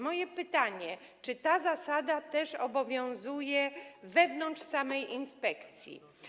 Moje pytanie: Czy ta zasada obowiązuje też wewnątrz samej inspekcji?